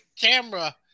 camera